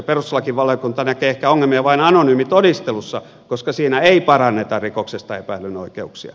perustuslakivaliokunta näkee ehkä ongelmia vain anonyymitodistelussa koska siinä ei paranneta rikoksesta epäillyn oikeuksia